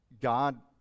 God